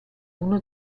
uno